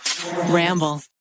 ramble